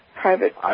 private